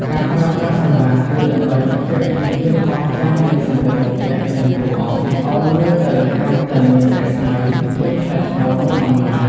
ការប្រើប្រាស់សង្វារគឺដើម្បី បញ្ជាក់ពីភាពអស្ចារ្យនៃសម្លៀកបំពាក់ និង តួអង្គ ឱ្យមើលទៅកាន់តែមានរស្មី ភាពថ្លៃថ្នូរ និងអំណាច។